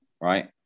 right